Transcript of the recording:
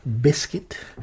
Biscuit